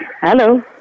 Hello